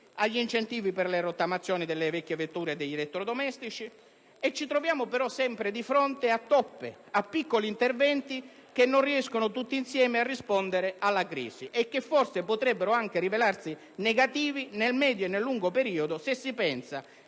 agli incentivi per la rottamazione delle vecchie vetture e degli elettrodomestici. Ci troviamo, però, sempre di fronte a toppe, a piccoli interventi, che non riescono tutti insieme a rispondere alla crisi e che forse potrebbero anche rivelarsi negativi nel medio e nel lungo periodo, se si pensa